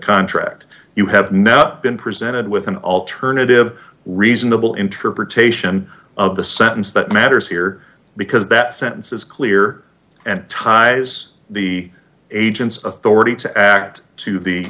contract you have no been presented with an alternative reasonable interpretation of the sentence that matters here because that sentence is clear and ties the agent's authority to act to the